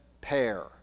pair